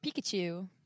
Pikachu